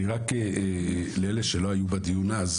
אני רק לאלה שלא היו בדיון אז,